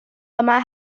yma